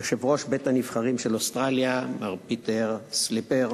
יושב-ראש בית-הנבחרים של אוסטרליה מר פיטר סליפר,